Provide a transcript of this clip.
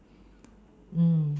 mm